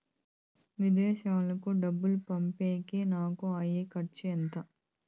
విదేశాలకు డబ్బులు పంపేకి నాకు అయ్యే ఖర్చు ఎంత?